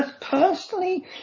personally